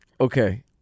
Okay